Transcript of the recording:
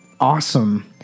awesome